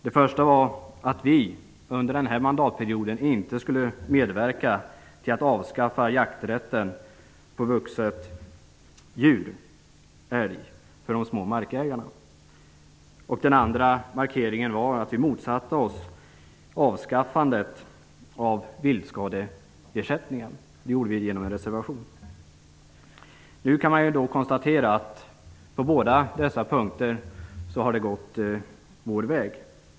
Den första var att vi under den här mandatperioden inte skulle medverka till att avskaffa jakträtten för vuxet djur -- en älg -- för de små markägarna. Den andra markeringen var att vi motsatte oss avskaffandet av viltskadeersättningen. Det gjorde vi i en reservation. Nu kan man konstatera att det på båda dessa punkter har gått vår väg.